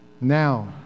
Now